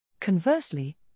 Conversely